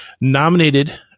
Nominated